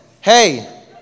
hey